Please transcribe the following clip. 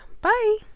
Bye